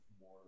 more